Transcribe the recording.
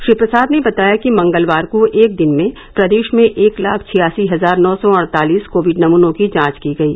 श्री प्रसाद ने बताया कि मंगलवार को एक दिन में प्रदेश में एक लाख छियासी हजार नौ सौ अड़तालीस कोविड नमूनों की जांच की गयी